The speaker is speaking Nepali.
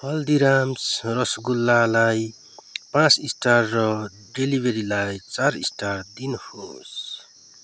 हल्दीराम्स रसगुल्लालाई पाँच स्टार र डेलिभेरीलाई चार स्टार दिनुहोस्